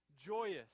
joyous